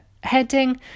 heading